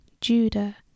Judah